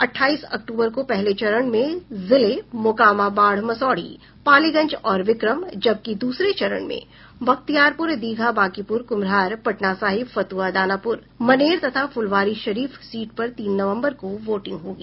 अट्ठाईस अक्टूबर को पहले चरण में जिले में मोकामा बाढ़ मसौढ़ी पालीगंज और विक्रम जबकि दूसरे चरण में बख्तियारपुर दीघा बांकीपुर कुम्हरार पटना साहिब फतुहा दानापुर मनेर तथा फुलवारीशरीफ सीट पर तीन नवम्बर को वोटिंग होगी